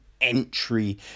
entry